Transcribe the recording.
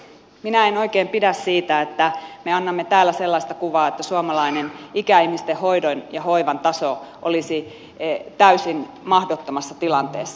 minä en oikein pidä siitä että me annamme täällä sellaista kuvaa että suomalainen ikäihmisten hoidon ja hoivan taso olisi täysin mahdottomassa tilanteessa